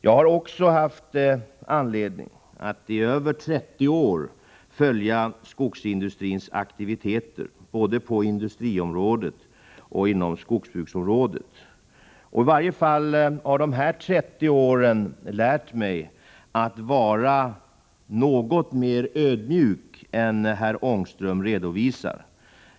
Jag har haft anledning att i över 30 år följa skogsindustrins aktiviteter, både på industriområdet och på skogsbruksområdet. Dessa 30 år har i varje fall lärt mig att vara något mer ödmjuk än herr Ångström.